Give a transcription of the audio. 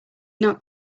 not